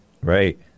Right